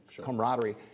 camaraderie